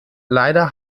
leider